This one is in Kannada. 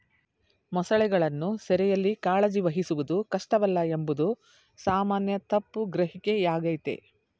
ಮೊಸಳೆಗಳನ್ನು ಸೆರೆಯಲ್ಲಿ ಕಾಳಜಿ ವಹಿಸುವುದು ಕಷ್ಟವಲ್ಲ ಎಂಬುದು ಸಾಮಾನ್ಯ ತಪ್ಪು ಗ್ರಹಿಕೆಯಾಗಯ್ತೆ